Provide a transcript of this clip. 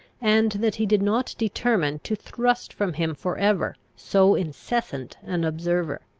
and that he did not determine to thrust from him for ever so incessant an observer.